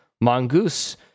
mongoose